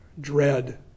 dread